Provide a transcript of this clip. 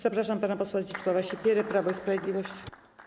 Zapraszam pana posła Zdzisława Sipierę, Prawo i Sprawiedliwość.